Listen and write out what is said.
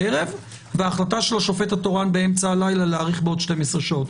בערב וההחלטה של השופט התורן ב-24:00 להאריך בעוד 12 שעות.